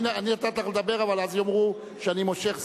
אני נתתי לך לדבר, אבל אז יאמרו שאני מושך זמן.